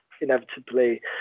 inevitably